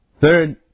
Third